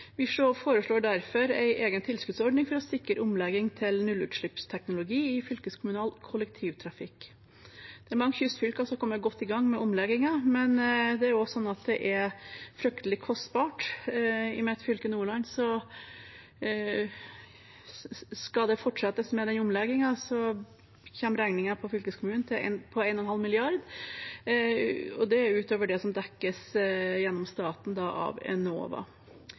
foreslår derfor en egen tilskuddsordning for å sikre omlegging til nullutslippsteknologi i fylkeskommunal kollektivtrafikk. Det er mange kystfylker som har kommet godt i gang med omleggingen, men det er også sånn at det er fryktelig kostbart. Skal man fortsette med den omleggingen i mitt fylke, Nordland, kommer regningen for fylkeskommunen på 1,5 mrd. kr. Det er utover det som dekkes av staten gjennom Enova. Derfor legges det på is, og dette er midler som